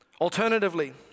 Alternatively